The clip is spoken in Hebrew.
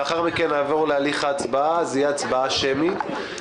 לאחר מכן נעבור להליך ההצבעה, שתהיה הצבעה שמית.